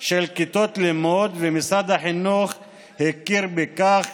של כיתות לימוד, משרד החינוך הכיר בכך